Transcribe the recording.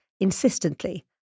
insistently